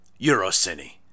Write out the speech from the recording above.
EuroCine